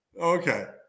Okay